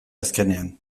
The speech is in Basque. azkenean